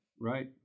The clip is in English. Right